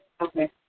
Okay